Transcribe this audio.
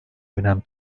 önem